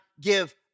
give